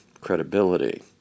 credibility